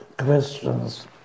questions